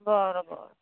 बरं बरं